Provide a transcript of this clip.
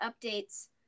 updates